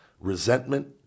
resentment